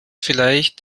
vielleicht